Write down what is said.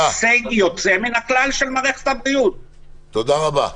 --- תודה רבה.